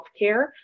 healthcare